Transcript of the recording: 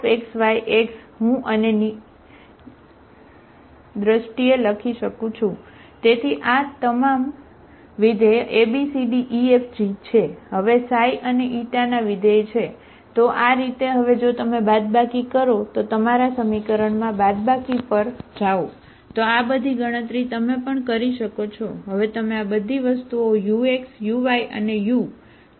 હવે A x હું અને ની દ્રષ્ટિએ લખી શકું છું તેથી આ તમામ વિધેય A B C D E F G છે હવે અને ના વિધેય પર જાઓ તો આ બધી ગણતરી તમે પણ કરી શકો છો હવે તમે આ બધી વસ્તુઓ ux uy અને u જાણો છો બરાબર